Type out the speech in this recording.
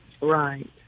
Right